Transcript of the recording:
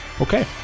Okay